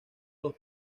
los